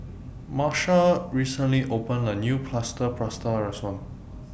Marsha recently opened A New Plaster Prata Restaurant